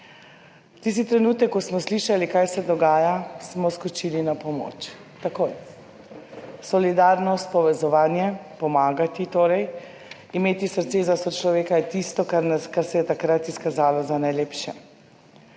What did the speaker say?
Tisti trenutek, ko smo slišali, kaj se dogaja, smo skočili na pomoč, takoj. Solidarnost, povezovanje, pomagati torej, imeti srce za sočloveka je tisto kar nas, kar se je takrat izkazalo za najlepše